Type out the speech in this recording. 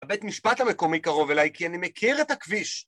הבית משפט המקומי קרוב אליי, כי אני מכיר את הכביש